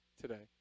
today